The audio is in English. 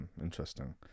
Interesting